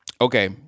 Okay